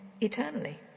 eternally